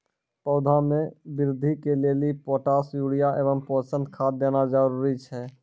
पौधा मे बृद्धि के लेली पोटास यूरिया एवं पोषण खाद देना जरूरी छै?